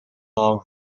are